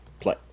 play